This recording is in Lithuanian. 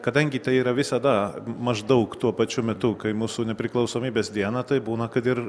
kadangi tai yra visada maždaug tuo pačiu metu kai mūsų nepriklausomybės diena taip būna kad ir